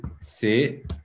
c'est